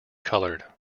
colored